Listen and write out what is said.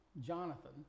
Jonathan